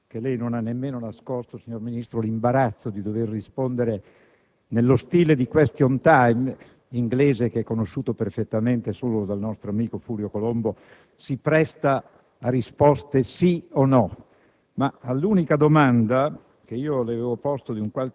Capisco che lei non ha nemmeno nascosto, signor Ministro, l'imbarazzo di dover rispondere nello stile del *question* *time* inglese che, conosciuto perfettamente solo dal nostro amico Furio Colombo, si presta a risposte "sì o no".